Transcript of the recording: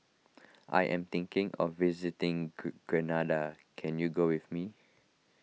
I am thinking of visiting Grenada can you go with me